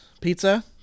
Pizza